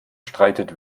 streitet